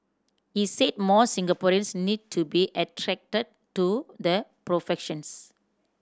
he said more Singaporeans need to be attracted to the professions